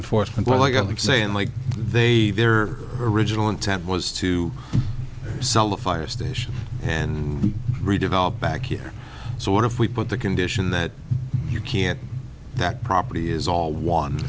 enforcement like i would say in like they their original intent was to sell the fire station and redevelop back here so what if we put the condition that you can't that property is all one